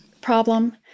problem